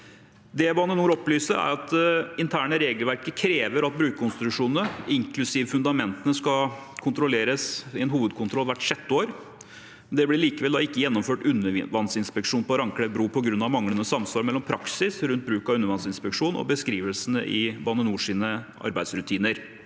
Det Bane NOR opplyser, er at det interne regelverket krever at brukonstruksjonene, inklusiv fundamentene, skal kontrolleres i en hovedkontroll hvert sjette år. Det ble likevel ikke gjennomført undervannsinspeksjon på Randklev bru på grunn av manglende samsvar mellom praksis rundt bruk av undervannsinspeksjon og beskrivelsene i Bane NORs arbeidsrutiner.